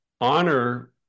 honor